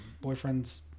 boyfriend's